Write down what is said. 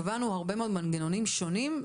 קבענו הרבה מאוד מנגנונים שונים.